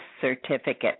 certificate